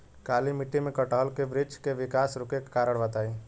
काली मिट्टी में कटहल के बृच्छ के विकास रुके के कारण बताई?